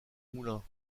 moulin